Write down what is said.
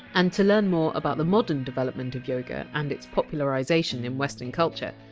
and to learn more about the modern development of yoga and its popularisation in western culture,